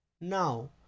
Now